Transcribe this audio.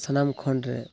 ᱥᱟᱱᱟᱢ ᱠᱷᱚᱱᱨᱮ